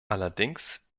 allerdings